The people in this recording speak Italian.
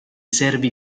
servi